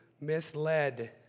misled